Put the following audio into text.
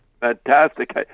Fantastic